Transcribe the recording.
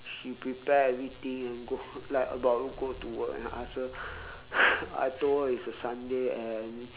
she prepare everything and go like about to go to work and I asked her I told her it's a sunday and